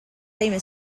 known